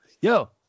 Yo